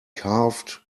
carved